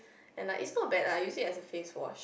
and like its not bad lah I use it like a face wash